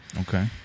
okay